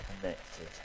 connected